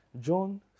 John